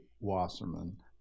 Wasserman